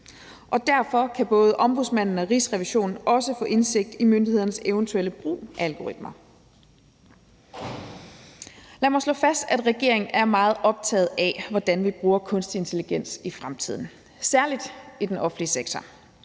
Og derfor kan både Ombudsmanden og Rigsrevisionen også få indsigt i myndighedernes eventuelle brug af algoritmer. Lad mig slå fast, at regeringen er meget optaget af, hvordan vi bruger kunstig intelligens i fremtiden, særlig i den offentlige sektor: